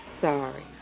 sorry